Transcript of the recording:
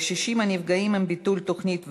הפגיעה בקשישים מביטול תוכנית "והדרת",